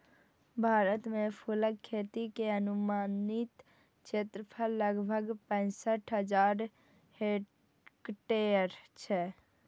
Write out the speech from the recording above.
भारत मे फूलक खेती के अनुमानित क्षेत्रफल लगभग पैंसठ हजार हेक्टेयर छै